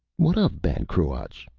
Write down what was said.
what of ban cruach?